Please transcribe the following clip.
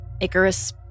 Icarus